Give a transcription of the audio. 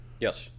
Yes